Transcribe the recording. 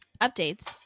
updates